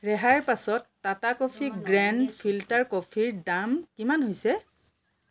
ৰেহাইৰ পাছত Tata coffee grand filter কফিৰ দাম কিমান হৈছে